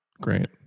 great